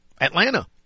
Atlanta